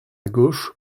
gauche